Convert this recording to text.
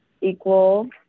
equal